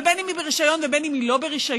אבל בין שהיא ברישיון ובין שהיא לא ברישיון,